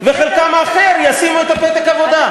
וחלקם האחר ישימו את הפתק עבודה,